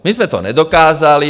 My jsme to nedokázali.